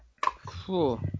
Cool